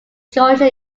georgia